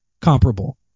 comparable